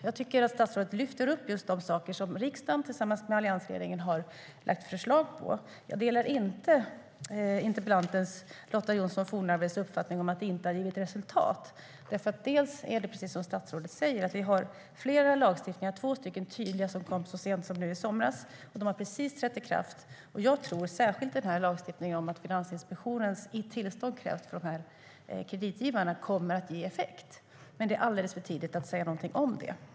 Jag tycker att statsrådet lyfter upp just de saker som riksdagen tillsammans med alliansregeringen har lagt fram förslag om. Jag delar inte interpellanten Lotta Johnsson Fornarves uppfattning att det inte har gett resultat. Precis som statsrådet säger har vi flera lagstiftningar, bland annat två tydliga som kom så sent som nu i somras och som precis har trätt i kraft. Jag tror att särskilt lagstiftningen om att Finansinspektionens tillstånd krävs för kreditgivarna kommer att ge effekt. Men det är alldeles för tidigt att säga någonting om det.